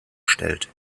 stellt